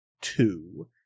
two